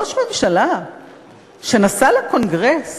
ראש ממשלה שנסע לקונגרס